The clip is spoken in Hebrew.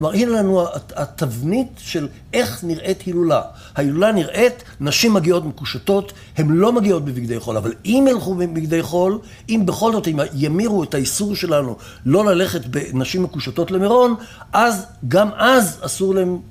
מראים לנו התבנית של איך נראית הילולה, ההילולה נראית, נשים מגיעות מקושטות הן לא מגיעות בבגדי חול, אבל אם הלכו בבגדי חול, אם בכל זאת ימירו את האיסור שלנו לא ללכת בנשים מקושטות למירון, אז גם אז אסור להם.